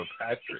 Patrick